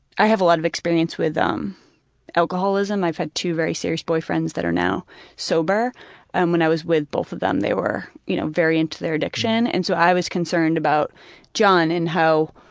i have a lot of experience with alcoholism. i've had two very serious boyfriends that are now sober and when i was with both of them they were you know very into their addiction, and so i was concerned about john and how,